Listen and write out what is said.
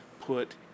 put